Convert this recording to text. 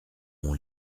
mon